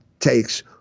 takes